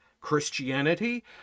christianity